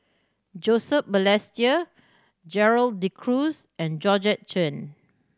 Joseph Balestier Gerald De Cruz and Georgette Chen